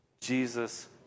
Jesus